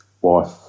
wife